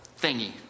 thingy